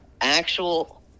actual